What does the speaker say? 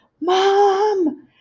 Mom